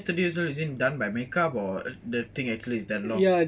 is it done by make up or the thing is actually damn long